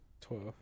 Twelve